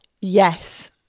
yes